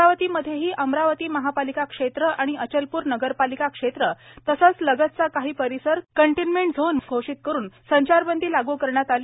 अमरावतीमध्येही अमरावती महापालिका क्षेत्र आणि अचलप्र नगरपालिका क्षेत्र तसेच लगतचा काही परिसर कंटेनमेंट झोन घोषित करून संचारबंदी लागू करण्यात आली